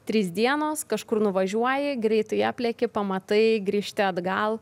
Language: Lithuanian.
trys dienos kažkur nuvažiuoji greitai aplėki pamatai grįžti atgal